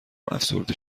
افسرده